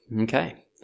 Okay